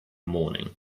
morning